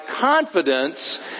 confidence